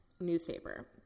newspaper